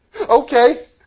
Okay